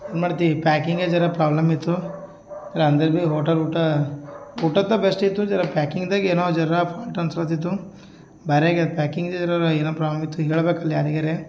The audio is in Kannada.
ಏನು ಮಾಡ್ತಿ ಪ್ಯಾಕಿಂಗೇ ಝರಾ ಪ್ರಾಬ್ಲಮಿತ್ತು ಅಂದರೆ ಬಿ ಹೋಟೆಲ್ ಊಟ ಊಟತ ಬೆಸ್ಟ್ ಇತ್ತು ಝರಾ ಪ್ಯಾಕಿಂಗ್ದಾಗೆ ಏನೋ ಝರಾ ಫಾಲ್ಟ್ ಅನ್ಸತಿತ್ತು ಬ್ಯಾರ್ಯಾಗೆ ಪ್ಯಾಕಿಂಗ್ ಏನೋ ಪ್ರಾಬ್ಲಮ್ ಇತ್ತು ಈಗ ಹೇಳ್ಬೇಕಾರೆ ಯಾರಿಗ್ಯಾರೆ